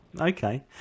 okay